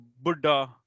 Buddha